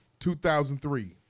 2003